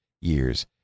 years